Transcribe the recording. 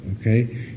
okay